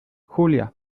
julia